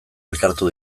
elkartu